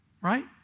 right